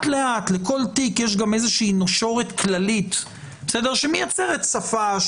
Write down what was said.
לכל תיק יש גם נשורת כללית שמייצרת שפה,